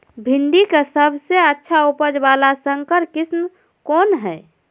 भिंडी के सबसे अच्छा उपज वाला संकर किस्म कौन है?